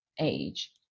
age